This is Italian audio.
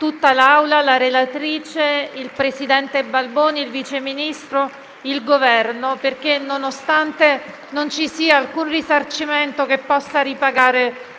tutta l'Assemblea, la relatrice, il presidente Balboni, il Vice Ministro e il Governo perché, nonostante non ci sia alcun risarcimento che possa ripagare